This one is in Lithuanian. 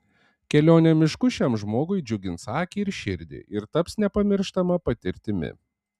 kelionė mišku šiam žmogui džiugins akį ir širdį ir taps nepamirštama patirtimi